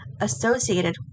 associated